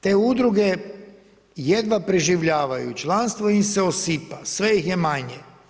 Te udruge jedva preživljavaju, članstvo im se osipa, sve ih je manje.